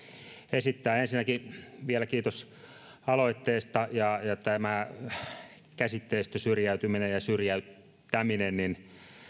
esittää ensinnäkin vielä kiitos aloitteesta tämä käsitteistö syrjäytyminen ja syrjäyttäminen